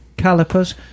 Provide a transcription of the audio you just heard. calipers